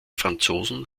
franzosen